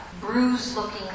bruised-looking